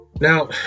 Now